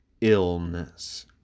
illness